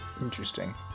Interesting